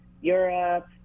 Europe